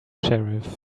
sheriff